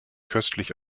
köstlich